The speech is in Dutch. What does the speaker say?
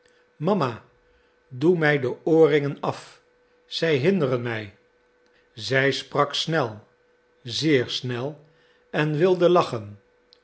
mama doe mij de oorringen af zij hinderen mij zij sprak snel zeer snel en wilde lachen